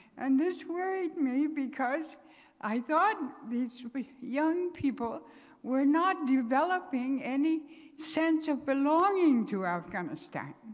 and this were it may because i thought these young people were not developing any sense of belonging to afghanistan.